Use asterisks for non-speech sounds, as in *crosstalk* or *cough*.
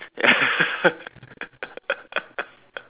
ya *laughs*